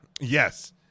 Yes